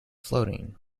floating